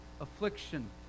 affliction